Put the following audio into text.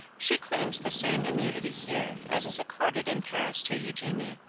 she claims the same immunity here as is accorded in paris to eugenie.